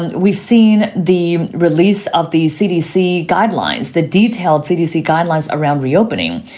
and we've seen the release of these cdc guidelines, the detailed cdc guidelines around reopening.